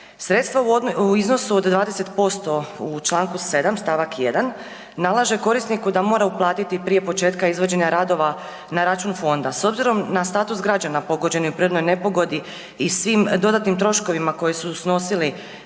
Sredstva u iznosu od 20% u čl. 7. st. 1. nalaže korisniku da mora uplatiti prije početka izvođenja radova na račun fonda, s obzirom na status građana pogođenih u prirodnoj nepogodi i svim dodatnim troškovima koje su snosili